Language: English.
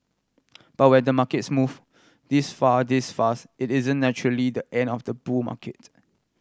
but when the markets move this far this fast it isn't naturally the end of the bull markets